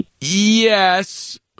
Yes